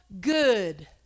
good